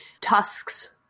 tusks